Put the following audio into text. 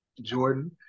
Jordan